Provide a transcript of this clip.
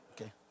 okay